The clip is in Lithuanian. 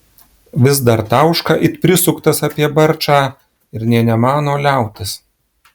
vis dar tauška it prisuktas apie barčą ir nė nemano liautis